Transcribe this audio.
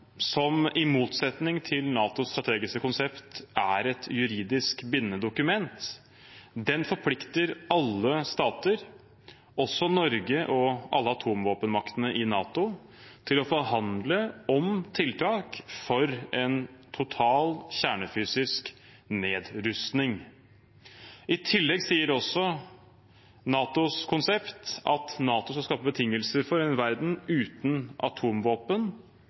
som i motsetning til NATOs strategiske konsept er et juridisk bindende dokument, forplikter alle stater – også Norge og alle atomvåpenmaktene i NATO – til å forhandle om tiltak for en total kjernefysisk nedrustning. I tillegg sier også NATOs konsept at NATO skal skape betingelser for en verden uten atomvåpen.